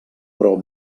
però